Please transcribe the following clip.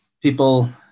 people